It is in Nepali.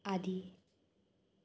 आदि